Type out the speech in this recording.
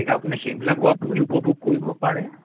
আপুনি সেইবিলাকো আপুনি উপভোগ কৰিব পাৰে